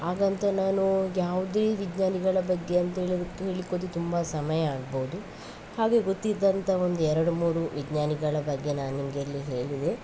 ಹಾಗಂತ ನಾನು ಯಾವುದೋ ವಿಜ್ಞಾನಿಗಳ ಬಗ್ಗೆ ಅಂತೇಳದಕ್ಕೆ ಹೇಳಿಕೋದ್ರೆ ತುಂಬ ಸಮಯ ಆಗ್ಬೋದು ಹಾಗೆ ಗೊತ್ತಿದ್ದಂಥ ಒಂದು ಎರಡು ಮೂರು ವಿಜ್ಞಾನಿಗಳ ಬಗ್ಗೆ ನಾನಿಮಗೆ ಇಲ್ಲಿ ಹೇಳಿದೆ